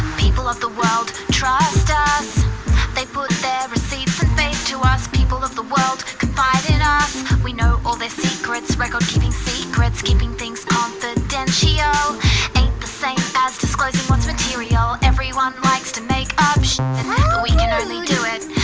people of the world trust us they put their receipts and faith to us people of the world confide in us we know all their secrets, record-keeping secrets keeping things confidential ain't the same as disclosing what's material everyone likes to make up we can only do it,